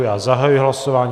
Já zahajuji hlasování.